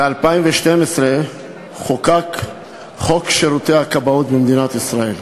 ב-2012 חוקק חוק שירותי הכבאות במדינת ישראל,